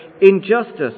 injustice